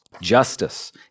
Justice